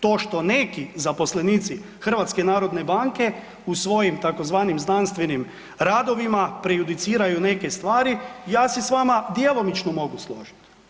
To što neki zaposlenici HNB-a u svojim tzv. znanstvenim radovima prejudiciraju neke stvari, ja se s vama djelomično mogu složiti.